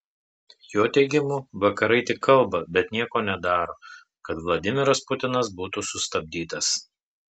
jo teigimu vakarai tik kalba bet nieko nedaro kad vladimiras putinas būtų sustabdytas